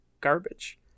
garbage